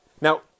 Now